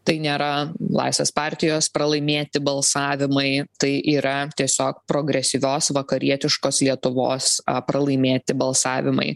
tai nėra laisvės partijos pralaimėti balsavimai tai yra tiesiog progresyvios vakarietiškos lietuvos pralaimėti balsavimai